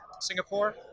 Singapore